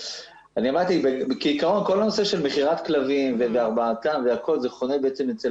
אמרתי שבעקרון כל נושא של מכירת כלבים והרבעתם זה חונה אצל